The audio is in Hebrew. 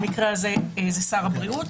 במקרה הזה זה שר הבריאות,